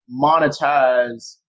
monetize